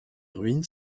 ruines